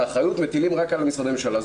האחריות ומטילים רק על משרדי הממשלה.